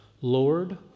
Lord